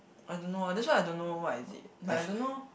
I don't know ah that's why I don't know what is it like I don't know